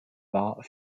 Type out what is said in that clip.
war